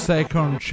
Second